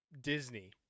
Disney